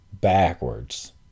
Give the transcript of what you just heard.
backwards